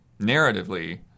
narratively